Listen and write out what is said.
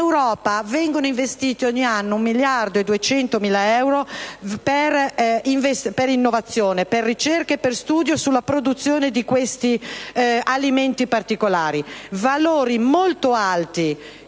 In Europa vengono investiti ogni anno 1,2 miliardi di euro in innovazione, ricerca e studi sulla produzione di questi alimenti particolari. Valori molto alti,